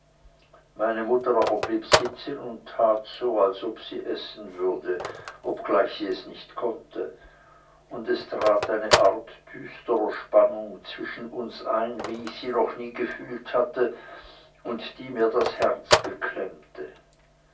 meine mutter aber blieb sitzen und tat so als ob sie essen würde obgleich sie es nicht konnte und es trat eine art düstrer spannung zwischen uns ein wie ich sie noch nie gefühlt hatte und die mir das herz beklemmte